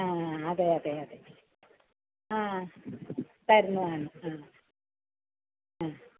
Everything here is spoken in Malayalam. ആ അതെ അതെ അതെ ആ തരുന്നതാണ് ആ ആ